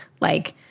Like-